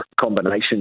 combination